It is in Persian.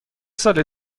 سال